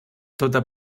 tota